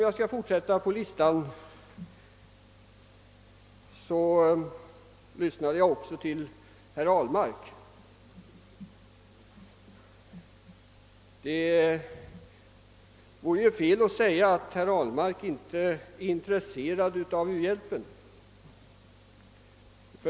Jag lyssnade också på herr Ahlmark, och det vore ju fel att säga att han inte är intresserad av u-hjälpen.